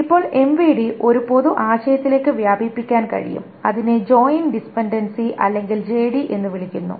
ഇപ്പോൾ എംവിഡി ഒരു പൊതു ആശയത്തിലേക്ക് വ്യാപിപ്പിക്കാൻ കഴിയും അതിനെ ജോയിൻ ഡിപൻഡൻസി അല്ലെങ്കിൽ ജെഡി എന്ന് വിളിക്കുന്നു